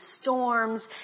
storms